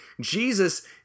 Jesus